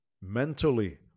mentally